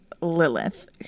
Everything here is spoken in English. Lilith